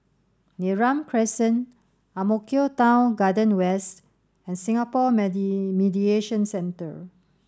Neram Crescent Ang Mo Kio Town Garden West and Singapore Mediation Centre